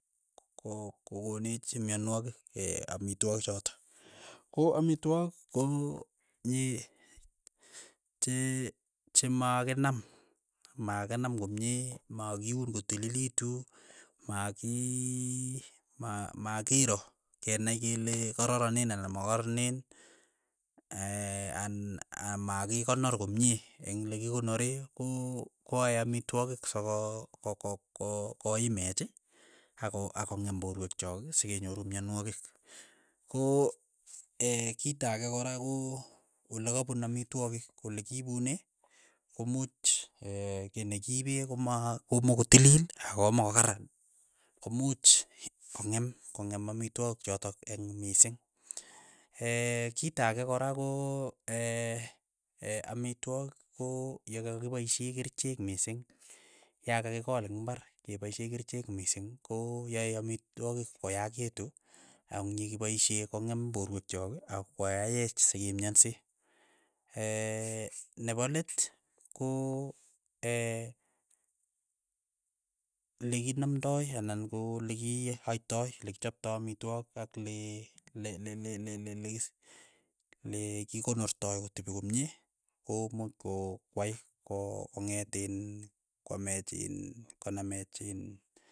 Ko kokonech myanwogik amitwogik chotok, ko amitwogik ko nye che chemakinam makinam komie makiuun kotililitu, maki ma makiro kenai kele kararanen anan makaranen an amakikonor komie eng' lekikoneree ko koyae amitwogik soko koko ko- koimech ako akong'em porwek chok sikenyoru myanwogik, ko kito ake kora ko olakapun amitwogik, olekiipune komuch kiy ne kiipe koma komokotilil akomokokaran, ko much kong'em kong'em amitwogik chotok eng' mising, kito ake kora ko ee amitwogik ko yekakipaishe kerichek mising yakakikool ing' imbar kepaishe kerichek mising ko yae amitwogik koyakitu ako king'ipaishe kong'em porwek chok ako yaech sekemyanse, nepo let ko likinamndai ana ko lekiyaitai, lekichamtai amitwogik ak le- le- le- le- le- le kikonortai kotepi komie, komuch ko kwai ko kong'et in kwamech in konamech in.